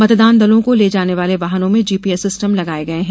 मतदान दलों को ले जाने वाले वाहनों में जीपीएस सिस्टम लगाये गये हैं